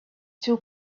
too